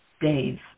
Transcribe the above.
days